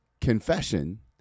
confession